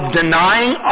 denying